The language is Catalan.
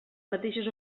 mateixes